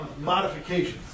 modifications